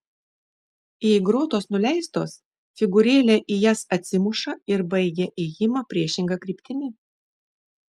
jei grotos nuleistos figūrėlė į jas atsimuša ir baigia ėjimą priešinga kryptimi